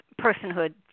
personhood